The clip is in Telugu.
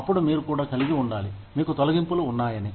అప్పుడు మీరు కూడా కలిగి ఉండాలి మీకు తొలగింపులు ఉన్నాయని